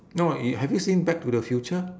no y~ have you seen back to the future